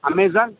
amazon